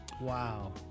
Wow